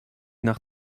nach